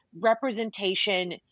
representation